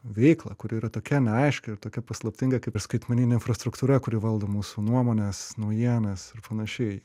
veiklą kuri yra tokia neaiški ir tokia paslaptinga kaip ir skaitmeninė infrastruktūra kuri valdo mūsų nuomones naujienas ir panašiai